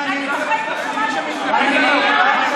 אדוני היושב-ראש, אני לא יכול.